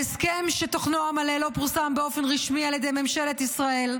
ההסכם שתוכנו המלא לא פורסם באופן רשמי על ידי ממשלת ישראל,